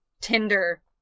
Tinder